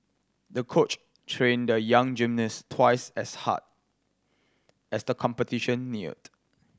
the coach trained the young gymnast twice as hard as the competition neared